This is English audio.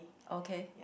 okay